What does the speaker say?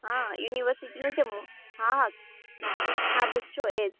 હા અ યુનિવર્સિટીનો છે હા હા એ હા બસ જો એ જ